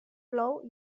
plou